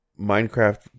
Minecraft